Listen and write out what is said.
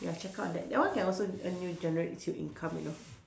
ya check up on that that one can also earn you generates you income you know